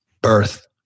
birth